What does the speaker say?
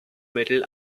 mittel